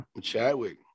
chadwick